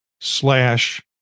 slash